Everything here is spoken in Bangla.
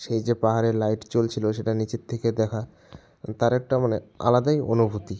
সেই যে পাহাড়ে লাইট জ্বলছিল সেটা নিচের থেকে দেখা ও তার একটা মানে আলাদাই অনুভূতি